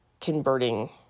converting